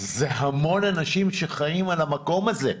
זה המון אנשים שחיים על המקום הזה.